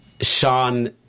Sean